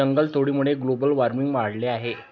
जंगलतोडीमुळे global warming वाढले आहे